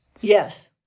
Yes